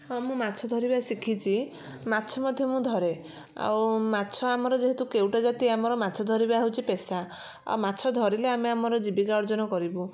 ହଁ ମୁଁ ମାଛ ଧରିବା ଶିଖିଛି ମାଛ ମୁଁ ମଧ୍ୟ ଧରେ ଆଉ ମାଛ ଆମର ଯେହେତୁ କେଉଟ ଜାତି ଆମର ମାଛ ଧରିବା ହେଉଛି ଆମର ପେଶା ମାଛ ଧରିଲେ ଆମେ ଆମର ଜୀବିକା ଅର୍ଜନ କରିବୁ